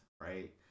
right